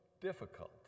difficult